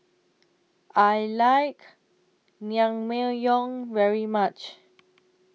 I like Naengmyeon very much